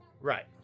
Right